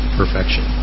perfection